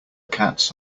cats